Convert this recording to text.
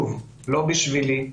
לא בשבילי,